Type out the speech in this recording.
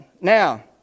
Now